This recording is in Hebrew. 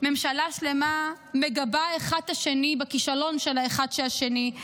-- מגבים אחד את השני בכישלון, האחד של השני.